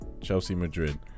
Chelsea-Madrid